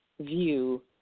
view